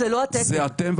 זה הדיון.